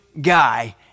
guy